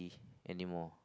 anymore